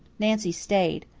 nancy stayed.